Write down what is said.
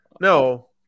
No